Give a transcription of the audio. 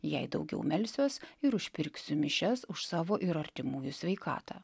jei daugiau melsiuos ir užpirksiu mišias už savo ir artimųjų sveikatą